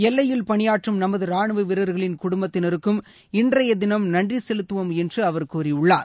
எல்லையில் பணியாற்றும் நமது ராணுவ வீரர்களின் குடுப்பத்தினருக்கும் இன்றைய தினம் நன்றி செலுத்துவோம் என்று அவர் கூறியுள்ளார்